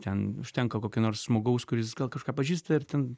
ten užtenka kokio nors žmogaus kuris gal kažką pažįsta ir ten